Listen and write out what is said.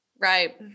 Right